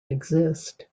exist